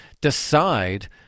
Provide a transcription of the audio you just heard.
decide